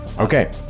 Okay